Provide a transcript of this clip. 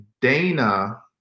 Dana